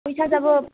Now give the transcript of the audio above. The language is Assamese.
পইচা যাব